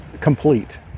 complete